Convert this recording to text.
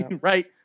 right